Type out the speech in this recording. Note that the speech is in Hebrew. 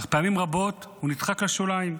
אך פעמים רבות הוא נדחק לשוליים,